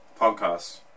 podcasts